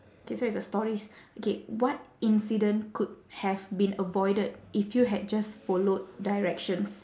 K so it's a stories okay what incident could have been avoided if you had just followed directions